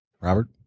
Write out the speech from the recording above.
Robert